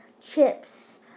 chips